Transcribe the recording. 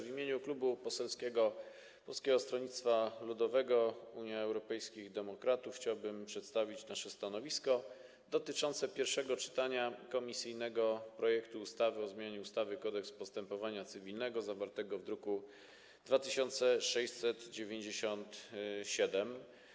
W imieniu Klubu Poselskiego Polskiego Stronnictwa Ludowego - Unii Europejskich Demokratów chciałbym przedstawić nasze stanowisko w ramach pierwszego czytania wobec komisyjnego projektu ustawy o zmianie ustawy Kodeks postępowania cywilnego, zawartego w druku nr 2697.